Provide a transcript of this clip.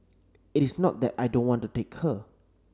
it is not that I don't want to take her